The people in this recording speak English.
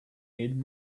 need